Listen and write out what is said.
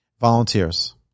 volunteers